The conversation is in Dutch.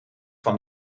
van